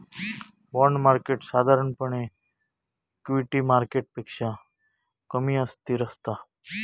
bond market साधारणपणे equity मार्केटपेक्षा कमी अस्थिर असता